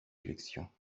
élections